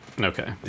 Okay